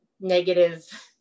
negative